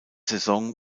saison